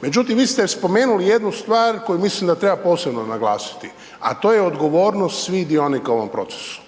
Međutim vi ste spomenuli jednu stvar koju mislim da treba posebno naglasiti a to je odgovornost svih dionika u ovom procesu.